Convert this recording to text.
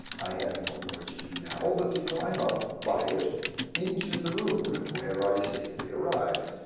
i had no more to do now but to climb up by it into the moon, where i safely arrived,